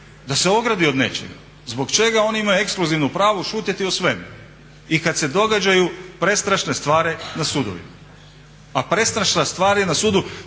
da se ogradi od nečega. Zbog čega oni imaju ekskluzivno pravo šutjeti o svemu i kad se događaju prestrašne stvari na sudovima. A prestrašna stvar je na sudu,